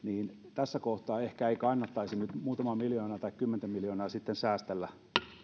tässä kohtaa ehkä ei kannattaisi nyt muutamaa miljoonaa tai kymmentä miljoonaa sitten säästellä